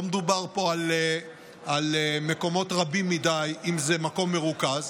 לא מדובר פה על מקומות רבים מדי אם זה מקום מרוכז,